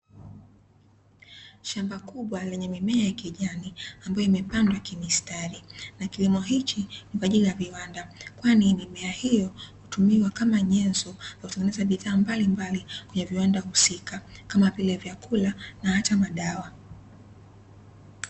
Shamba kubwa lenye mimea ya kijani, ambayo imepandwa kimistari, na kilimo hiki ni kwa ajili ya viwanda, kwani mimea hiyo hutumiwa kama nyenzo ya kutengeneza bidhaa mbalimbali kwenye viwanda husika kama vile; vyakula na hata madawa.